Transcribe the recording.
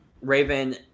Raven